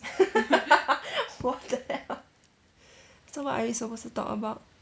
what the hell so what are we supposed to talk about